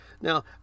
Now